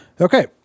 Okay